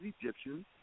Egyptians